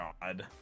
god